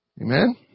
Amen